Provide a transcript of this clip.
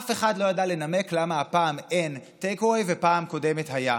אף אחד לא ידע לנמק למה הפעם אין take away ובפעם קודמת היה.